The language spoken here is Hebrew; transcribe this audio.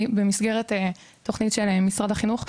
במסגרת התכנית של משרד החינוך.